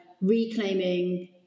reclaiming –